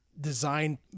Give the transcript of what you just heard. design